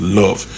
love